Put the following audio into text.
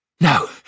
No